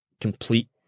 complete